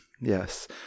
Yes